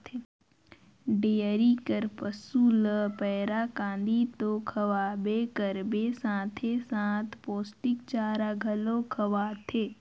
dairy कर पसू ल पैरा, कांदी तो खवाबे करबे साथे साथ पोस्टिक चारा घलो खवाथे